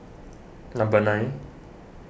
number nine